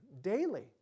daily